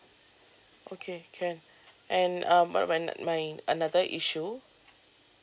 okay can and um but when my another issue